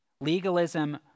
Legalism